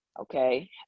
Okay